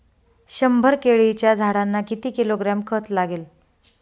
शंभर केळीच्या झाडांना किती किलोग्रॅम खत लागेल?